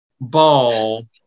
ball